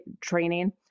training